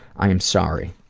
i am sorry.